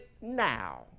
now